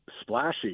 splashy